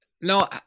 No